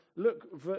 Look